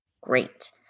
Great